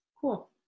Cool